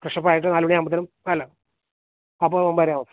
ഫ്രഷപ്പായിട്ട് നാലു മണി ആകുമ്പോഴത്തേനും അല്ല അപ്പോള് ഒമ്പതരയാകും